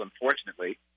unfortunately